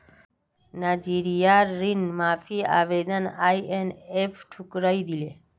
नाइजीरियार ऋण माफी आवेदन आईएमएफ ठुकरइ दिले